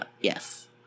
yes